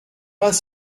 pas